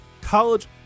college